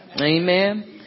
Amen